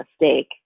mistake